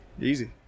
Easy